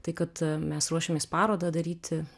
tai kad mes ruošiamės parodą daryti